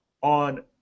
on